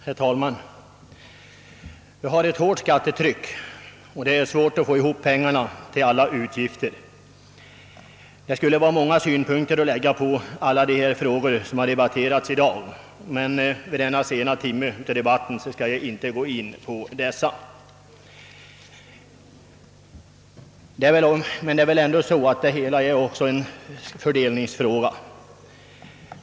Herr talman! Vi har ett hårt skattetryck och det är svårt att få ihop pengar till alla utgifter. Många synpunkter skulle kunna läggas på de frågor som debatterats i dag, men jag skall inte gå in på dessa i detta sena stadium av debatten. Det hela är en fördelningsfråga.